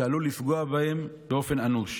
שעלול לפגוע בהן באופן אנוש.